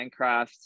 minecraft